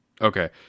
Okay